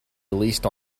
released